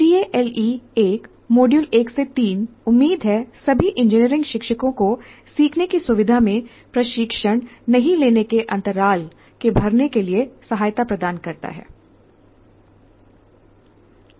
TALE 1 module 1 3 उम्मीद है सभी इंजीनियरिंग शिक्षकों को सीखने की सुविधा में प्रशिक्षण नहीं लेने के अंतराल को भरने के लिए सहायता प्रदान करता है